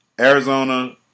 Arizona